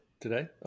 today